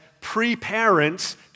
pre-parents